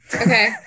okay